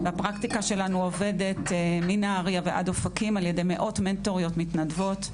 והפרקטיקה שלנו עובדת מנהרייה ועד אופקים על ידי מאות מנטוריות מתנדבות.